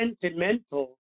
sentimental